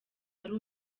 ari